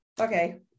okay